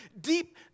deep